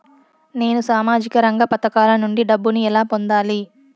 నేను సామాజిక రంగ పథకాల నుండి డబ్బుని ఎలా పొందాలి?